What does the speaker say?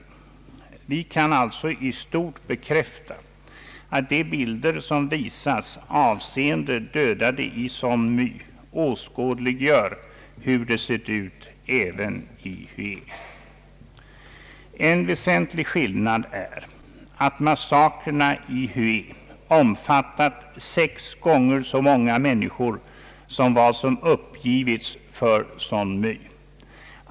Vi kan alltså i stort bekräfta att de bilder som visas avseende dödade i Song My åskådliggör hur det sett ut även i Hué. En väsentlig skillnad är att massakrerna i Hué omfattat sex gånger så många människor som vad som uppgivits för Song My.